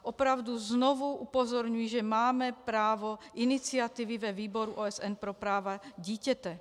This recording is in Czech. Opravdu znovu upozorňuji, že máme právo iniciativy ve výboru OSN pro práva dítěte.